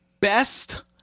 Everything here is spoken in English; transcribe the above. Best